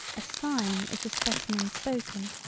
a sign is the specimen spoken.